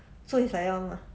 so it's like that [one] [what]